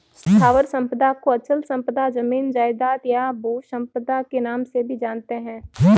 स्थावर संपदा को अचल संपदा, जमीन जायजाद, या भू संपदा के नाम से भी जानते हैं